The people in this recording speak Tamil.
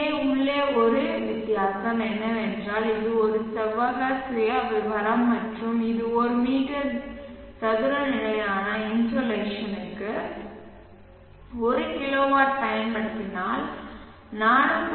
இங்கே உள்ள ஒரே வித்தியாசம் என்னவென்றால் இது ஒரு செவ்வக சுயவிவரம் மற்றும் இது ஒரு மீட்டர் சதுர நிலையான இன்சோலேஷனுக்கு 1 கிலோவாட் பயன்படுத்தினால் 4